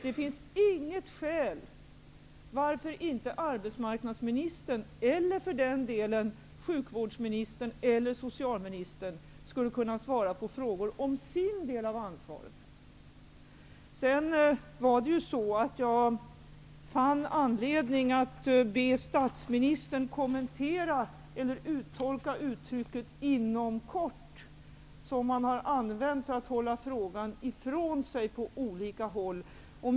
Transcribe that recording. Det finns inget skäl till att arbetsmarknadsministern, sjukvårdsministern eller socialministern inte skulle kunna svara på frågor om sin del av ansvaret. Sedan var det ju så att jag fann anledning att be statsministern uttolka uttrycket ''inom kort'', som man har använt för att hålla frågan ifrån sig på olika håll.